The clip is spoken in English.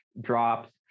drops